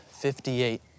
58